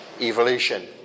evolution